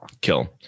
kill